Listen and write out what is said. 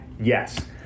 Yes